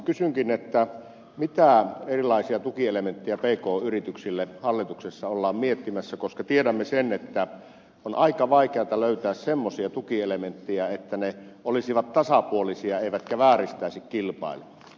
kysynkin mitä erilaisia tukielementtejä pk yrityksille hallituksessa ollaan miettimässä koska tiedämme sen että on aika vaikeata löytää semmoisia tukielementtejä että ne olisivat tasapuolisia eivätkä vääristäisi kilpailua